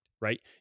right